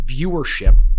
viewership